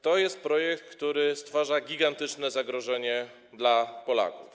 To jest projekt, który stwarza gigantyczne zagrożenie dla Polaków.